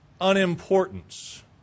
unimportance